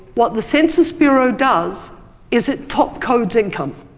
what the census bureau does is it top codes income,